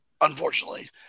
unfortunately